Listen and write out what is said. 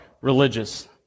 religious